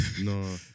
No